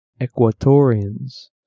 Equatorians